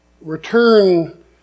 return